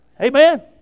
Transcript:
Amen